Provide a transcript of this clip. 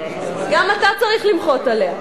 גם אתה צריך למחות עליה.